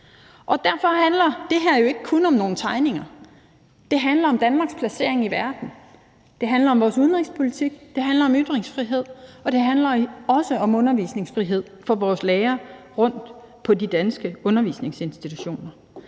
og derfor handler det her jo ikke kun om nogle tegninger. Det handler om Danmarks placering i verden. Det handler om vores udenrigspolitik, det handler om ytringsfrihed, og det handler også om undervisningsfrihed for vores lærere rundt på de danske undervisningsinstitutioner.